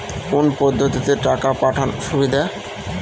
কোন পদ্ধতিতে টাকা পাঠানো সুবিধা?